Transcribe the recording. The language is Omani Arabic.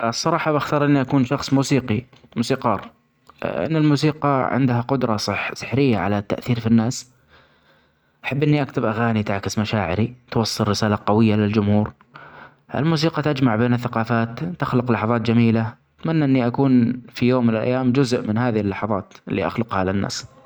بصراحة أختار إني أكون شخص موسيقي، موسيقار أن الموسيقي عندها القدرة صح-سحرية علي التأثير في الناس ، أحب إني أكتب أغاني تعس مشعري توصل رسالة قوية للجمهور ، الموسيقي تجمع بين الثقافات ، تخلق لحظات جميلة ،أتمني إني أكون في يوم من الأيام جزء من هذه اللحظات اللي اخلقها علي الناس.